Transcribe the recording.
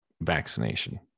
vaccination